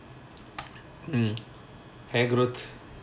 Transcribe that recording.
mm hair growth